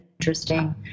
interesting